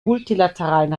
multilateralen